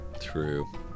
True